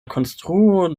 konstruo